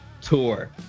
Tour